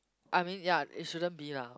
I mean ya it shouldn't be lah